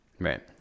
Right